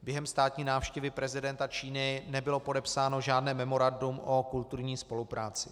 Během státní návštěvy prezidenta Číny nebylo podepsáno žádné memorandum o kulturní spolupráci.